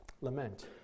Lament